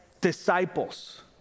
Disciples